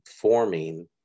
forming